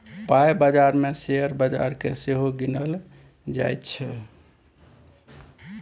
पाइ बजार मे शेयर बजार केँ सेहो गिनल जाइ छै